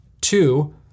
Two